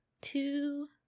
two